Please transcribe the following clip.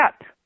up